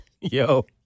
Yo